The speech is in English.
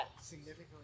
significantly